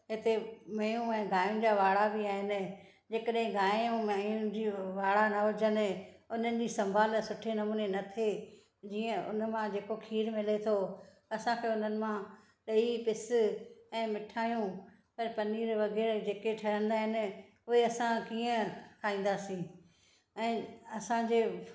हिते मेंहूं ऐं गांयुनि जा वाड़ा बि आहिनि जेकॾहिं गाहिं ऐं मेंहुनि जूं वाड़ा न हुजनि हुननि जी संभाल सुठे नमूने न थिए जीअं हुन मां जेको खीरु मिले थो असांखे हुननि मां ॾही पिस ऐं मिठायूं पर पनीर वग़ैरह जेके ठहंदा आहिनि ऊहे असां कीअं खाईंदासी ऐं असांजे